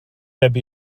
heb